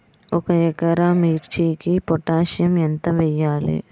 ఒక ఎకరా మిర్చీకి పొటాషియం ఎంత వెయ్యాలి?